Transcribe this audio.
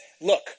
look